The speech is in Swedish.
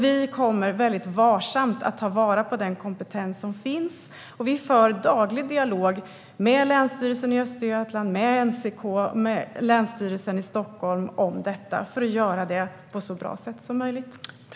Vi kommer väldigt varsamt att ta vara på den kompetens som finns. Vi för daglig dialog med Länsstyrelsen i Östergötland, NCK och Länsstyrelsen i Stockholm om detta för att göra det på så bra sätt som möjligt.